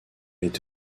est